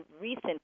recent